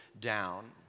down